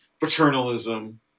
paternalism